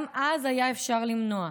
גם אז היה אפשר למנוע,